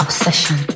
Obsession